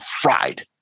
fried